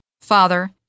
Father